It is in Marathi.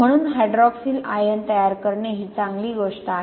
म्हणून हायड्रॉक्सिल आयन तयार करणे ही चांगली गोष्ट आहे